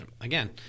Again